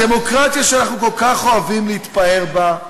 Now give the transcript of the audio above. הדמוקרטיה שאנחנו כל כך אוהבים להתפאר בה,